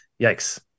Yikes